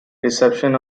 reception